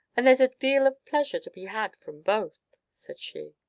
and there is a deal of pleasure to be had from both, said she.